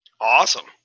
awesome